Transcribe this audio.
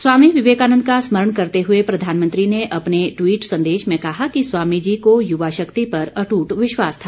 स्वामी विवेकानन्द का स्मरण करते हुए प्रधानमंत्री ने अपने ट्वीट संदेश में कहा कि स्वामी जी को युवा शक्ति पर अट्ट विश्वास था